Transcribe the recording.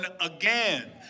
again